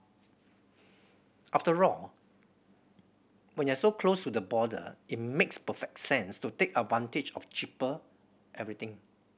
after all when you're so close to the border it makes perfect sense to take advantage of cheaper everything